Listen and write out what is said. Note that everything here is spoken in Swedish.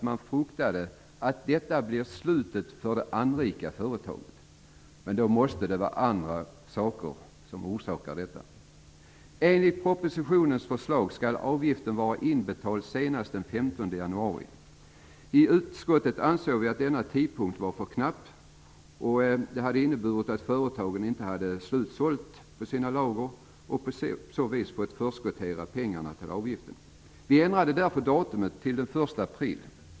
Man fruktade att detta skulle bli slutet för det anrika företaget. Det måste finnas andra orsaker till det. Enligt propositionens förslag skall avgiften vara inbetald senast den 15 januari. I utskottet ansåg vi att denna tidpunkt var för knapp. Den skulle innebära att företagen inte skulle sälja slut på sina lager och på så vis få förskottera pengarna till avgiften. Vi ändrade därför datumet till den 1 april.